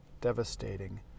devastating